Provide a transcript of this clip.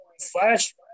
Flash